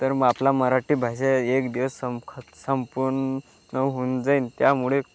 तर मग आपला मराठी भाषा एक दिवस संख संपून होऊन जाईल त्यामुळे